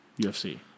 UFC